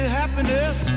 happiness